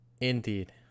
Indeed